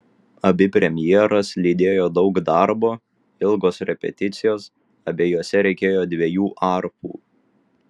abi premjeras lydėjo daug darbo ilgos repeticijos abiejose reikėjo dviejų arfų